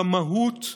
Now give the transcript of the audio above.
במהות,